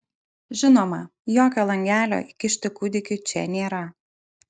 žinoma jokio langelio įkišti kūdikiui čia nėra